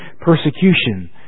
persecution